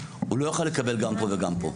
הוא לא יוכל לקבל גם פה וגם פה.